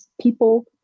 people